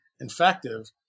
infective